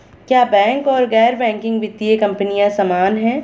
क्या बैंक और गैर बैंकिंग वित्तीय कंपनियां समान हैं?